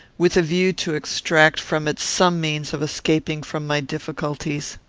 with a view to extract from it some means of escaping from my difficulties.